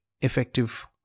effective